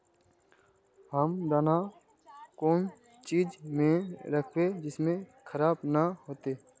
हम दाना कौन चीज में राखबे जिससे खराब नय होते?